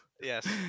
Yes